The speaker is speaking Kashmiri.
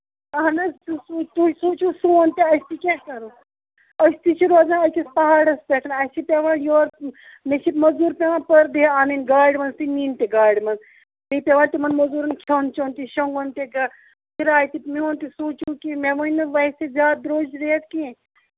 اَہن حظ تُہۍ سوٗن سوٗنچو سون تہِ أسۍ تہِ کیاہ کرو أسۍ تہِ چھِ روزان أکِس پَہاڑَس پٮ۪ٹھ اَسہِ چھُ پیوان یورٕ مےٚ چھِ موٚزوٗر پیوان پٔر ڈے انٕنۍ گاڑِ منٛز تہٕ نِنۍ تہِ گاڑِ منٛز بیٚیہِ پیوان تِمن موٚزوٗرَن کھٮ۪وٚن چٮ۪وٚن تہِ شۄنگُن تہِ کِرایہِ تہِ میون تہِ سوٗنچِو مےٚ ؤنۍ نہٕ ویسے زیادٕ درٛوٚج ریٹ کیٚنہہ